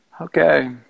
okay